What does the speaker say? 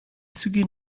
züge